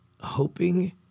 hoping